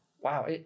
wow